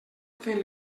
fent